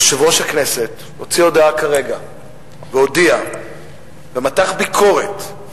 יושב-ראש הכנסת הוציא הודעה כרגע והודיע ומתח ביקורת.